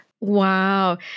Wow